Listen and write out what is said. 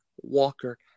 Walker